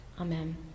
Amen